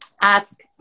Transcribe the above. ask